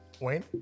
Wayne